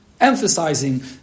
emphasizing